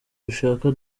dushaka